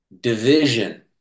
division